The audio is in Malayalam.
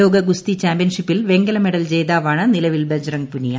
ലോക ഗുസ്തി ചാമ്പ്യൻഷിപ്പിൽ വെങ്കല മെഡൽ ജേതാവാണ് നിലവിൽ ബജ്റംഗ് പുനിയ